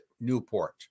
Newport